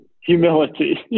humility